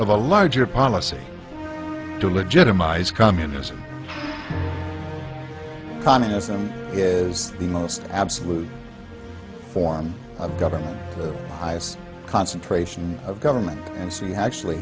of a larger policy to legitimize communism communism is the most absolute form of government with highest concentration of government and see how actually